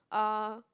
uh